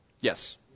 Yes